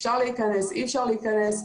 אי אפשר להיכנס.